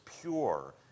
pure